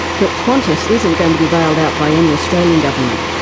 but qantas isn't going to be bailed out by any australian government,